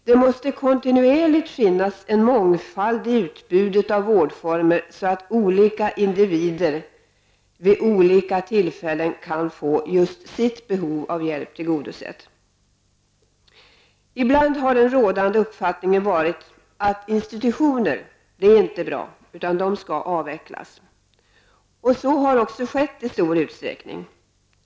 Det måste kontinuerligt finnas en mångfald i utbudet av vårdformer så att olika individer vid olika tillfällen kan få just sitt behov tillgodosett. Ibland har den rådande uppfattningen varit att institutioner är bra, utan bör avvecklas. Så har också skett i stor utsträckning.